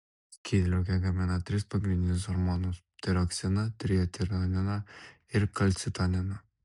skydliaukė gamina tris pagrindinius hormonus tiroksiną trijodtironiną ir kalcitoniną